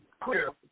clear